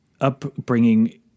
upbringing